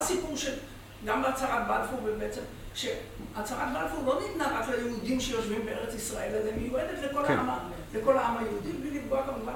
הסיפור שגם בהצהרת בלפור בעצם, שהצהרת בלפור לא ניתנה רק ליהודים שיושבים בארץ ישראל אלא היא מיועדת לכל העם היהודי בלי לפגוע כמובן...